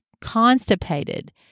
constipated